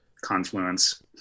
confluence